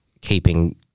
keeping